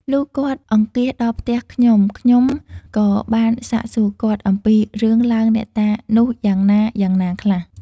លុះគាត់អង្គាសដល់ផ្ទះខ្ញុំៗ ក៏បានសាកសួរគាត់ អំពីរឿង ឡើងអ្នកតានោះយ៉ាងណាៗខ្លះ?។